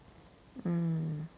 mm